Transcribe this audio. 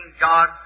God